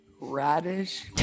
Radish